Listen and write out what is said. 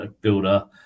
builder